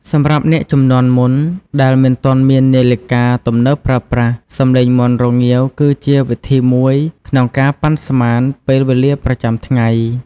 សម្រាប់អ្នកជំនាន់មុនដែលមិនទាន់មាននាឡិកាទំនើបប្រើប្រាស់ សំឡេងមាន់រងាវគឺជាវិធីមួយក្នុងការប៉ាន់ស្មានពេលវេលាប្រចាំថ្ងៃ។